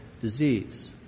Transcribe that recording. disease